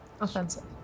offensive